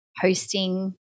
hosting